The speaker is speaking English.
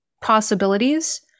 possibilities